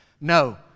No